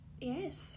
Yes